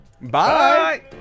Bye